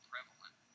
prevalent